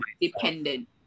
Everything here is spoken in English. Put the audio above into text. dependent